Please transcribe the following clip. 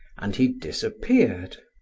and he disappeared.